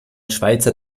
schweizer